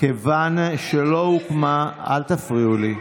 כיוון שלא הוקמה, אל תפריעו לי.